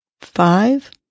five